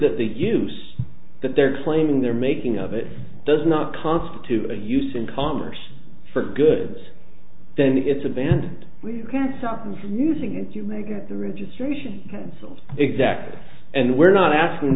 that the use that they're claiming they're making of it does not constitute a use in commerce for goods then it's a band we can't stop them from using it you may get the registration cancelled exactly and we're not asking